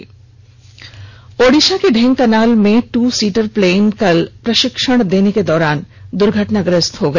plane हादसा ओड़िसा के ढेंकनाल में टू सीटर प्लेन कल प्रषिक्षण देने के दौरान दुर्घटनाग्रस्त हो गया